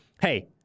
hey